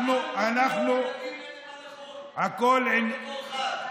אנחנו חתמנו, אתה סותר את עצמך.